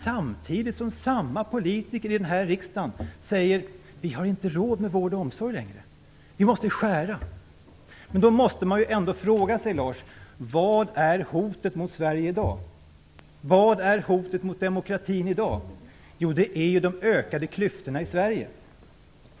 Samtidigt säger samma politiker i den här riksdagen att vi inte längre har råd med vård och omsorg, vi måste skära. Då måste man ändå fråga sig: Vad är hotet mot Sverige i dag? Vad är hotet mot demokratin i dag? Jo, det är de ökade klyftorna i Sverige.